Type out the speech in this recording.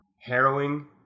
harrowing